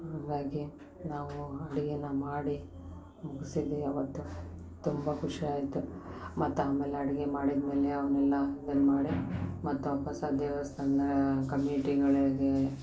ಹಂಗಾಗಿ ನಾವು ಅಡುಗೆನ ಮಾಡಿ ಮುಗ್ಸಿದ್ವಿ ಅವತ್ತು ತುಂಬ ಖುಷಿ ಆಯಿತು ಮತ್ತೆ ಆಮೇಲೆ ಅಡುಗೆ ಮಾಡಿದ್ಮೇಲೆ ಅವ್ನೆಲ್ಲ ಬಂದು ಮಾಡಿ ಮತ್ತೆ ವಾಪಸ್ಸು ಆ ದೇವಸ್ಥಾನದ ಕಮ್ಯುನಿಟಿಗಳಿಗೆ